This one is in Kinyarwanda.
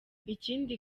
ikindi